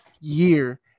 year